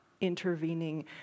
intervening